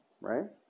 right